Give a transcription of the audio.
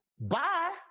Bye